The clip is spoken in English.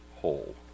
whole